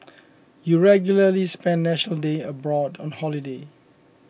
you regularly spend National Day abroad on holiday